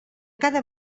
cada